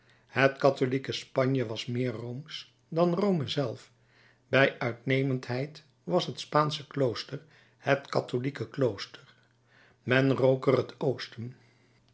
het katholieke spanje was meer roomsch dan rome zelf bij uitnemendheid was het spaansche klooster het katholieke klooster men rook er het oosten